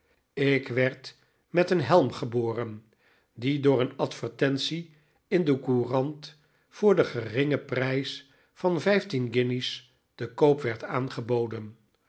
ik werd met een helm geboren die door een advertentie in de courant voor den geringen prijs van vijftien guinjes te koop werd aangeboden